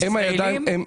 ישראלים?